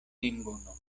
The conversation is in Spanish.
ninguno